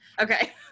Okay